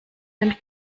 den